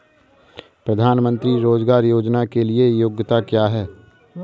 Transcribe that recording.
प्रधानमंत्री रोज़गार योजना के लिए योग्यता क्या है?